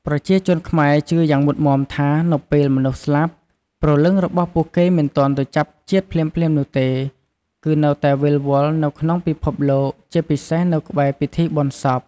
ប្រជាជនខ្មែរជឿយ៉ាងមុតមាំថា នៅពេលមនុស្សស្លាប់ ព្រលឹងរបស់ពួកគេមិនទាន់ទៅចាប់ជាតិភ្លាមៗនោះទេ គឺនៅតែវិលវល់នៅក្នុងពិភពលោក ជាពិសេសនៅក្បែរពិធីបុណ្យសព។